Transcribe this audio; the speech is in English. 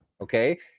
okay